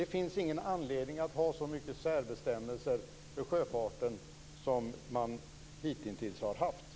Det finns ingen anledning att ha så mycket särbestämmelser för sjöfarten som det hitintills har funnits.